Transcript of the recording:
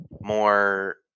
more